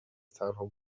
تنها